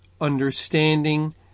understanding